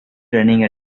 running